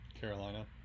Carolina